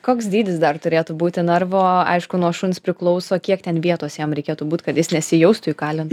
koks dydis dar turėtų būti narvo aišku nuo šuns priklauso kiek ten vietos jam reikėtų būt kad jis nesijaustų įkalintas